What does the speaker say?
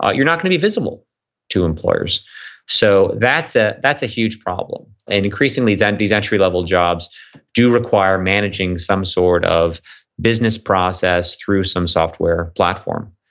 ah you're not going to visible to employers so that's ah that's a huge problem and increasingly, these and these entry level jobs do require managing some sort of business process through some software platform.